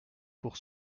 pour